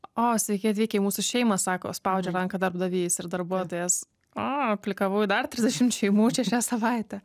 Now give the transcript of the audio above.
o sveiki atvykę į mūsų šeimą sako spaudžia ranką darbdavys ir darbuotojas a aplikavau į dar trisdešimt šeimų čia šią savaitę